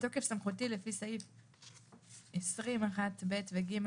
בתוקף סמכותי לפי סעיף 20(1)(ב) ו-(ג)